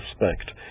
respect